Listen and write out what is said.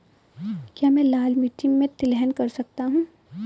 क्या मैं लाल मिट्टी में तिलहन कर सकता हूँ?